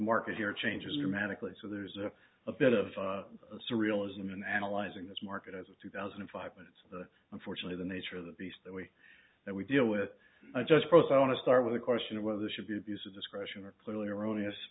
market here changes dramatically so there's a a bit of surrealism in analyzing this market as of two thousand and five minutes unfortunately the nature of the beast that we that we deal with just cross i want to start with the question of whether this should be abuse of discretion or clearly erroneous